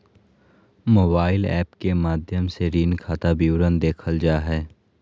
mobile app के माध्यम से ऋण खाता विवरण देखल जा हय